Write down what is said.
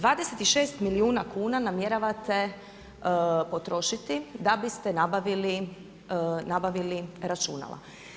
26 milijuna kuna namjeravate potrošiti da bis te nabavili računala.